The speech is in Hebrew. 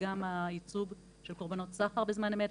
וגם הייצוג של קורבנות סחר בזמן אמת.